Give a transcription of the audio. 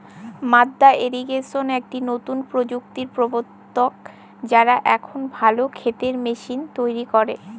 মাদ্দা ইরিগেশন একটি নতুন প্রযুক্তির প্রবর্তক, যারা এখন ভালো ক্ষেতের মেশিন তৈরী করে